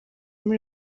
muri